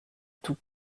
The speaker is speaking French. tout